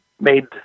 made